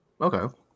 Okay